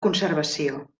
conservació